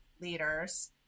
leaders